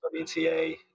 WTA